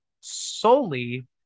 solely